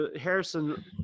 Harrison